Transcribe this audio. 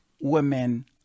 women